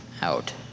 out